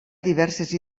diverses